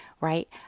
Right